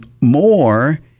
more